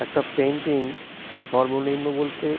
একটা পেন্টিং সর্বনিম্ন বলতে